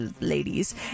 ladies